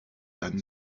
dann